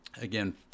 Again